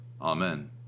amen